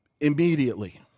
immediately